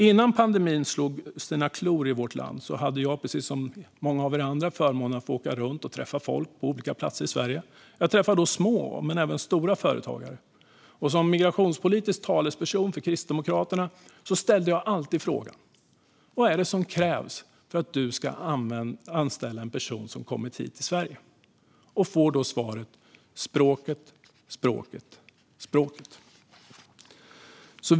Innan pandemin slog sina klor i vårt land hade jag, precis som många av er andra, förmånen att få åka runt och träffa folk på olika platser i Sverige. Jag träffade människor i små och stora företag, och som migrationspolitisk talesperson för Kristdemokraterna ställde jag alltid frågan: Vad är det som krävs för att du ska anställa en person som har kommit hit till Sverige? Svaret jag fick var: språket, språket, språket.